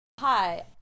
Hi